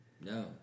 No